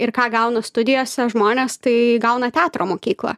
ir ką gauna studijose žmonės tai gauna teatro mokyklą